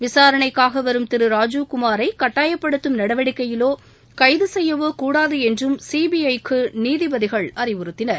விசாரணைக்காக வரும் திரு ராஜீவ்குமாரை கட்டாயப்படுத்தும் நடவடிக்கையிலோ கைது செய்யவோ கூடாது என்றும் சிபிஐ க்கு நீதிபதிகள் அறிவுறுத்தினர்